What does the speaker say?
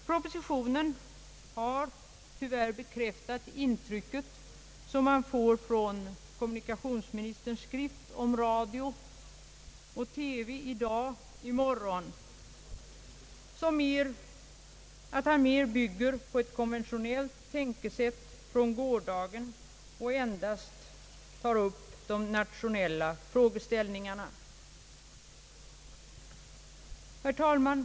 Propositionen har tyvärr bekräftat intrycket man fått från kommunikationsministerns skrift »Radio och TV i dag, i morgon», nämligen att han mera bygger på ett konventionellt tänkesätt från gårdagen och nöjer sig med att ta upp nationella frågeställningar. Herr talman!